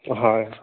হয়